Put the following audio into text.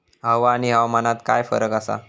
हवा आणि हवामानात काय फरक असा?